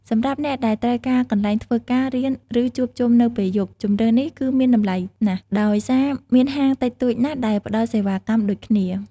សម្រាប់អ្នកដែលត្រូវការកន្លែងធ្វើការ រៀន ឬជួបជុំនៅពេលយប់ ជម្រើសនេះគឺមានតម្លៃណាស់ ដោយសារមានហាងតិចតួចណាស់ដែលផ្តល់សេវាកម្មដូចគ្នា។